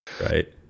Right